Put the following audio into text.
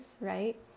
right